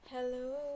Hello